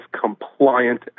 compliant